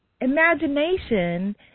Imagination